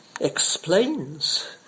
explains